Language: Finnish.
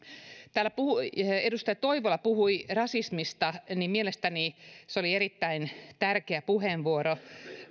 täällä edustaja toivola puhui rasismista mielestäni se oli erittäin tärkeä puheenvuoro